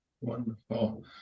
Wonderful